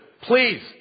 Please